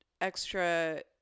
extra